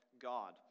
God